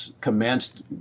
commenced